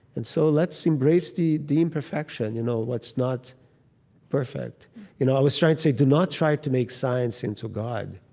and so let's embrace the the imperfection, you know what's not perfect you know i always try and say do not try to make science into god.